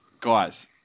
Guys